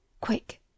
quick